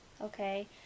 Okay